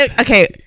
okay